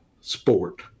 sport